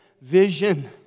vision